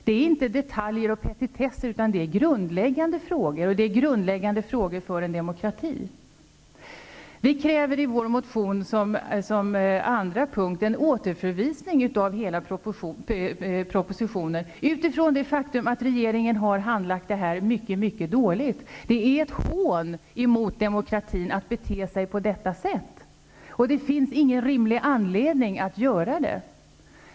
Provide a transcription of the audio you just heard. Det är inte detaljer och petitesser, utan grundläggande frågor för en demokrati. Vi kräver i vår motion som andra punkt en återförvisning av hela propositionen utifrån det faktum att regeringen har handlagt det här mycket dåligt. Det är ett hån emot demokratin att bete sig på detta sätt. och det finns ingen rimlig anledning att göra det.